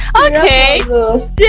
okay